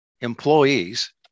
employees